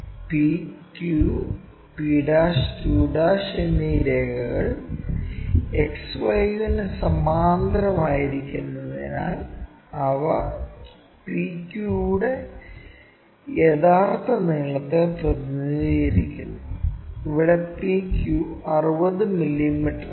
P q p q എന്നീ രേഖകൾ XY ന് സമാന്തരമായിരിക്കുന്നതിനാൽ അവ PQ യുടെ യഥാർത്ഥ നീളത്തെ പ്രതിനിധീകരിക്കുന്നു ഇവിടെ PQ 60 മില്ലീമീറ്ററാണ്